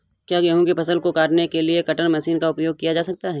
क्या गेहूँ की फसल को काटने के लिए कटर मशीन का उपयोग किया जा सकता है?